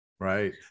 right